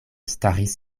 staris